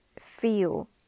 feel